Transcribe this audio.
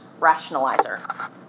rationalizer